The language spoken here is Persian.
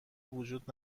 وجود